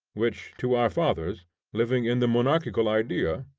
which, to our fathers living in the monarchical idea,